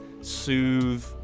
soothe